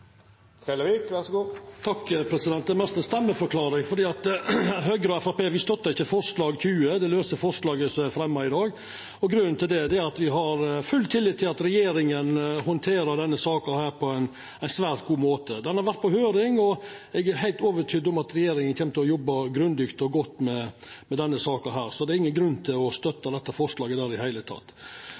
er mest ei stemmeforklaring: Høgre og Framstegspartiet støttar ikkje forslag nr. 20, det lause forslaget som er fremja i dag, og grunnen er at me har full tillit til at regjeringa handterer denne saka på ein svært god måte. Ho har vore på høyring, og eg er heilt overtydd om at regjeringa kjem til å jobba grundig og godt med denne saka. Så det er i det heile ingen grunn til å støtta dette forslaget. Så høyrer eg heilt på tampen her at Eirik Sivertsen frå Arbeidarpartiet nemner at dei representerer ei anna retning i